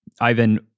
Ivan